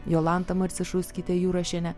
jolanta marcišauskyte jurašiene